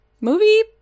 movie